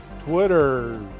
Twitter